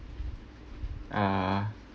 ah